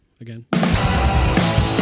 again